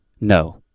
No